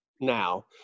now